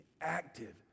active